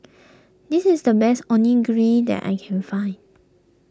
this is the best Onigiri that I can find